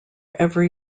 every